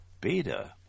beta